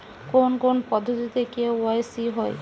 কোন কোন পদ্ধতিতে কে.ওয়াই.সি হয়?